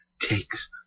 takes